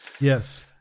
Yes